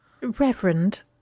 Reverend